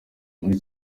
muri